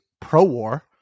pro-war